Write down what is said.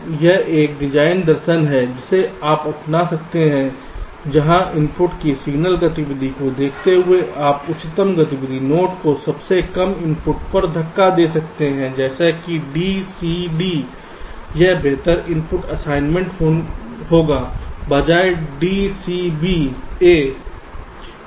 तो यह एक डिजाइन दर्शन है जिसे आप अपना सकते हैं जहां इनपुट की सिग्नल गतिविधि को देखते हुए आप उच्चतम गतिविधि नोड को सबसे कम इनपुट पर धक्का दे सकते हैं जैसे कि b c d एक बेहतर इनपुट असाइनमेंट होगा बजाय d c b a